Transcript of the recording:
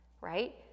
right